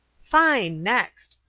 fine! next!